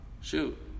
Shoot